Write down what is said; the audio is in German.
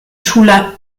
schule